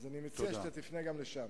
אז אני מציע שתפנה גם לשם.